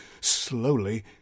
Slowly